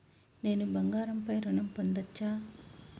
నేను బంగారం పై ఋణం పొందచ్చా?